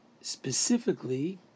specifically